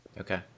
Okay